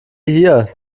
hier